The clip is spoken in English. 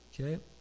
Okay